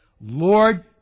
Lord